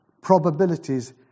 probabilities